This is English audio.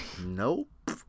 Nope